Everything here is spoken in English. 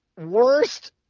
worst